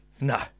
No